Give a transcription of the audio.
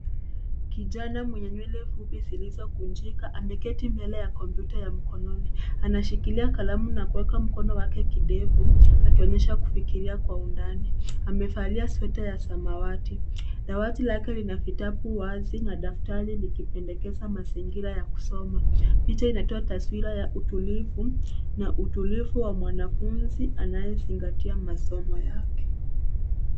Kijana mwenye nywele fupi zilizokunjika ameketi mbele ya komputa ya mkononi. Anashikilia kalamu na kuweka mkono wake kidevu akionyesha kufikiria kwa undani. Amevalia sweta ya samawati. Dawati lake lina vitabu wazi na daftari likipendekeza mazingira ya kusoma. Picha inatoa taswira ya utulivu na utulivu wa mwanafunzi anayezingatia masomo yake.